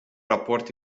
raport